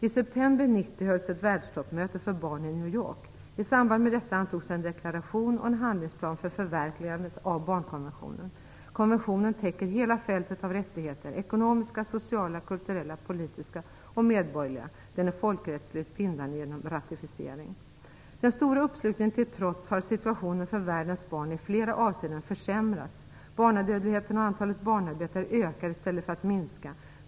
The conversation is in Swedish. I september 1990 hölls ett världstoppmöte för barn i New York. I samband med detta antogs en deklaration och en handlingsplan för förverkligande av barnkonventionen. Konventionen täcker hela fältet av rättigheter, ekonomiska, sociala, kulturella, politiska och medborgerliga. Den är folkrättsligt bindande genom ratificering. Den stora uppslutningen till trots har situationen för världens barn i flera avseenden försämrats. Barnadödligheten och antalet barnarbetare ökar i stället för att minska.